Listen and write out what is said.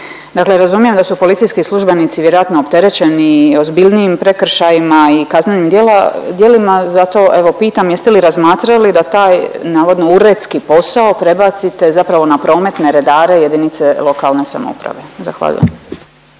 razumijem da su policijski službenici vjerojatno opterećeni ozbiljnijim prekršajima i kaznenim djelima, zato evo pitam jeste li razmatrali da taj navodno uredski posao prebacite zapravo na prometne redare JLS? Zahvaljujem.